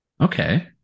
Okay